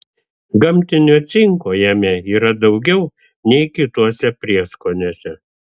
gamtinio cinko jame yra daugiau nei kituose prieskoniuose